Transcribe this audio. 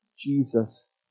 Jesus